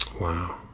wow